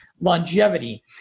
Longevity